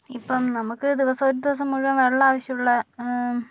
ഇപ്പം നമുക്ക് ദിവസം ഒരു ദിവസം മുഴുവൻ വെള്ളം ആവശ്യമുള്ള